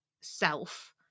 self